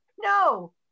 no